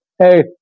hey